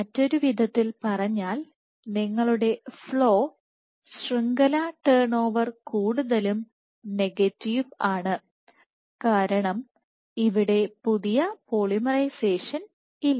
മറ്റൊരു വിധത്തിൽ പറഞ്ഞാൽ നിങ്ങളുടെ ഫ്ലോ ശൃംഖല ടേൺ ഓവർ കൂടുതലും നെഗറ്റീവ് ആണ് കാരണം ഇവിടെ പുതിയ പോളിമറൈസേഷൻ ഇല്ല